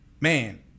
man